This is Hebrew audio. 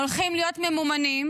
הולכים להיות ממומנים